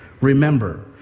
remember